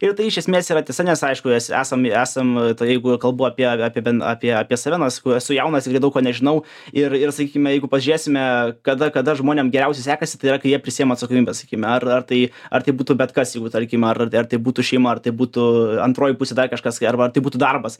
ir tai iš esmės yra tiesa nes aišku es esam esam tai jeigu kalbu apie apie ben apie apie save nors sakau esu jaunas ir dar daug ko nežinau ir ir sakykime jeigu pažiūrėsime kada kada žmonėm geriausiai sekasi tai yra kai jie prisiima atsakomybę sakykime ar ar tai ar tai būtų bet kas jeigu tarkim ar ar tai būtų šeima ar tai būtų antroji pusė dar kažkas ar tai būtų darbas